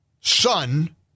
son